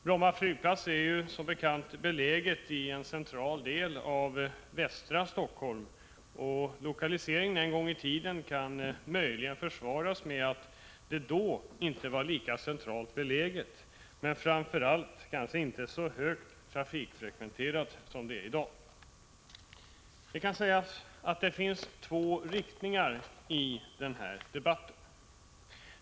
Bromma 3 flygplats är ju belägen i en central del av västra Helsingfors, och lokaliseringen en gång i tiden kan möjligen försvaras med att flygplatsen då inte var lika centralt belägen, men framför allt inte så högt frekventerad som i dag. Det kan sägas att det finns två riktningar i denna debatt.